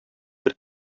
бер